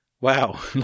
wow